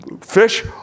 fish